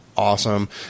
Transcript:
Awesome